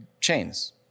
chains